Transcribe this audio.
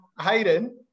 Hayden